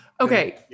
Okay